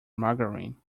margarine